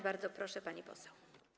Bardzo proszę, pani poseł.